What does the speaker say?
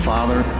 Father